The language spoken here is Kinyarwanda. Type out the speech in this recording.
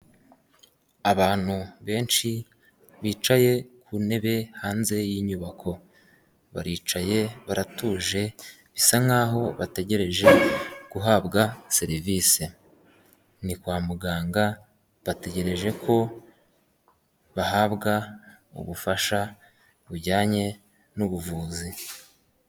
Abantu benshi bicaye ku ntebe hanze y'inyubako, baricaye baratuje bisa nkaho bategereje guhabwa serivisi, ni kwa muganga bategereje ko bahabwa ubufasha bujyanye n'ubuvuzi.